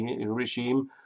regime